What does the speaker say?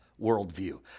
worldview